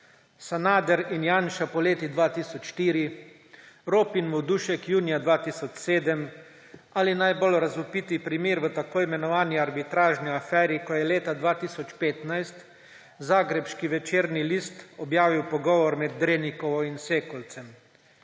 Sanader in Janša poleti 2004, Rop in Vodušek junija 2007 ali najbolj razvpiti primer v tako imenovani arbitražni aferi, ko je leta 2015 zagrebški Večernji list objavil pogovor med Drenikovo in Sekolcem.